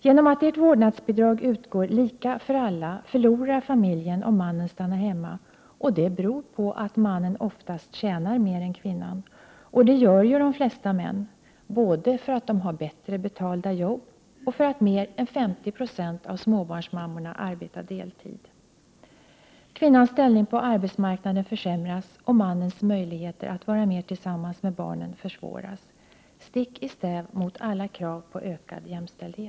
Genom att det borgerliga vårdnadsbidraget utgår lika för alla förlorar familjen om mannen stannar hemma, och det beror på att mannen oftast tjänar mer än kvinnan. Det gör ju de flesta män, både för att de har bättre betalda jobb och för att mer än 50 96 av småbarnsmammorna arbetar deltid. Kvinnans ställning på arbetsmarknaden försämras, och mannens möjligheter att vara mer tillsammans med barnen försvåras. Detta går stick i stäv mot alla krav på ökad jämställdhet.